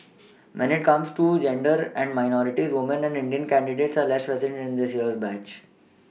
when it comes to gender and minorities woman and indian candidates are less present in this year's batch